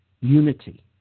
unity